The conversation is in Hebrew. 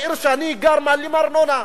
בעיר שאני גר, מעלים ארנונה.